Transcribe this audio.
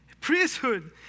priesthood